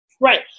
Right